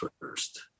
first